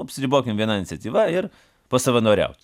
apsiribokime viena iniciatyva ir pasavanoriaut